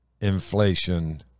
inflation